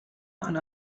and